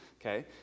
okay